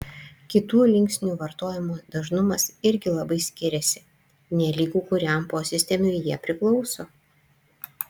kitų linksnių vartojimo dažnumas irgi labai skiriasi nelygu kuriam posistemiui jie priklauso